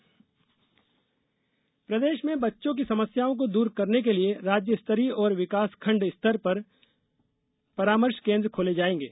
पुरामर्श केन्द्र प्रदेश में बच्चों की समस्याओं को दूर करने के लिए राज्यस्तरीय और विकासखण्ड स्तर पर शेष परामर्श केन्द्र खोले जायेंगे